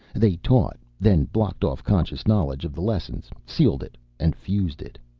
they taught, then blocked off conscious knowledge of the lessons, sealed it and fused it.